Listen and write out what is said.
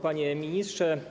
Panie Ministrze!